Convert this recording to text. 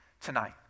tonight